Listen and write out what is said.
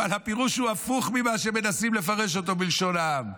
אבל הפירוש הוא הפוך ממה שמנסים לפרש אותו בלשון העם.